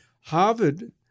Harvard